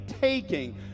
taking